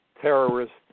terrorists